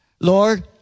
Lord